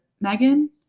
Megan